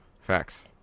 Facts